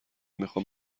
میخوام